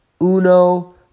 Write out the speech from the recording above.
uno